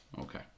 Okay